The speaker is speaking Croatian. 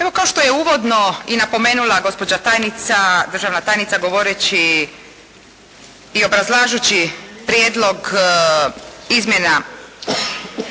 Evo kao što je uvodno i napomenula gospođa tajnica, državna tajnica govoreći i obrazlažući prijedlog izmjena